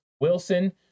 Wilson